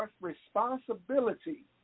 responsibility